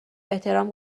احترام